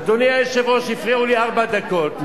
אדוני היושב-ראש, הפריעו לי ארבע דקות.